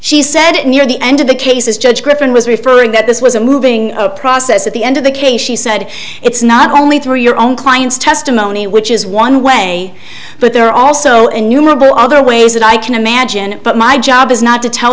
she said it near the end of the case as judge griffin was referring that this was a moving process at the end of the case she said it's not only through your own client's testimony which is one way but there are also innumerable other ways that i can imagine it but my job is not to tell